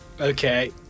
Okay